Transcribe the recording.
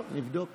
טוב, נבדוק.